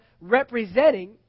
representing